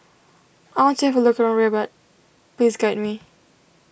I want to have a look around Rabat please guide me